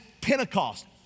Pentecost